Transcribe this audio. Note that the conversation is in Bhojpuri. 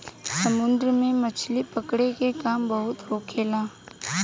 समुन्द्र में मछली पकड़े के काम बहुत होखेला